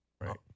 right